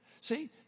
See